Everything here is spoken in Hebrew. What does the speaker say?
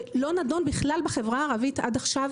רעיון שלא נדון בכלל בחברה הערבית עד עכשיו,